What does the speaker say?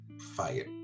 fight